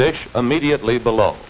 dish immediately below